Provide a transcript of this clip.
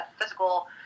physical